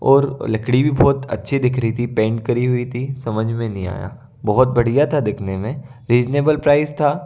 और लकड़ी भी बहुत अच्छी दिख रही थी पेंट करी हुई थी समझ में नहीं आया बहुत बढ़िया था देखने में रीज़नेबल प्राइस था